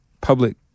public